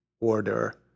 order